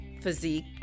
physique